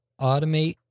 automate